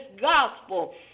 gospel